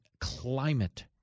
climate